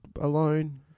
alone